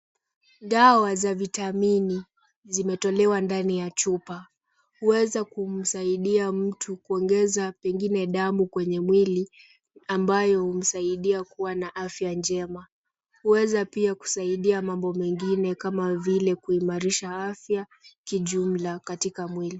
Dawa za vitamini zimetolewa ndani ya chupa. Huweza kumsaidia mtu kuongeza pengine damu kwenye mwili ambayo humsaidia kuwa na afya njema. Huweza pia kusaidia mambo mengine kama vile kuimarisha afya kijumla katika mwili.